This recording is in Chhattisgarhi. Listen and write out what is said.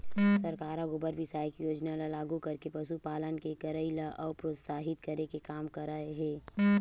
सरकार ह गोबर बिसाये के योजना ल लागू करके पसुपालन के करई ल अउ प्रोत्साहित करे के काम करे हे